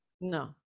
No